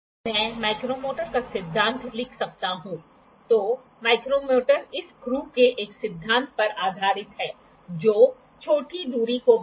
यदि पूरे भाग के एंगल को क्वाड्रंट 1 क्वाड्रंट 3 में मापा जा रहा है तो एंगल को सीधे पढ़ा जा सकता है यदि यह दूसरा तरीका है तो डेटा को परिवर्तित करना होगा